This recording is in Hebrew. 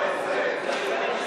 קריאה שנייה לחבר הכנסת נאור שירי.